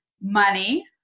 Money